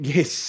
Yes